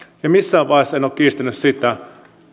ja missään vaiheessa en ole kiistänyt sitä